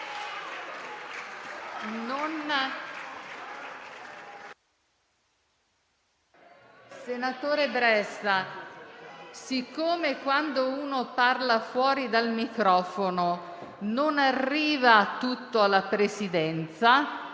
Senatore Bressa, siccome quando uno parla fuori dal microfono non arriva tutto alla Presidenza,